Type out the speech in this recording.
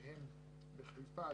שהם בחיפה,